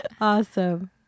awesome